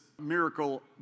miracle